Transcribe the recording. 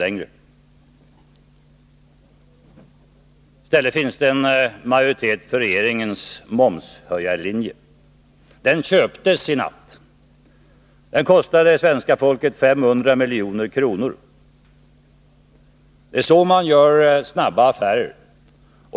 I stället finns en majoritet för regeringens momshöjarlinje. Den köptes i natt. Den kostar det svenska folket 500 milj.kr. Det är så man gör snabba affärer.